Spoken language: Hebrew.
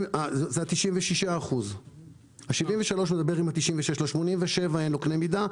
הוא 96% מול 73%. לגבי ה-87% אין קנה מידה,